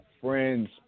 friends